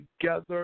together